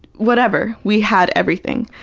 whatever, we had everything.